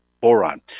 boron